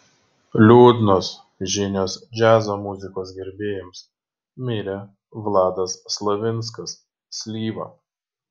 liūdnos žinios džiazo muzikos gerbėjams mirė vladas slavinskas slyva